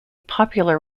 popular